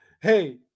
Hey